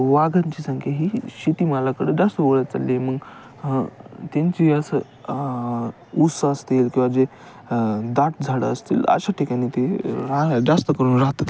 वाघांची संख्या ही शेतीमालाकडं जास्त वळत चालली आहे म ग त्यांची असं ऊस असतील किंवा जे दाट झाडं असतील अशा ठिकाणी ते राह जास्त करून राहतात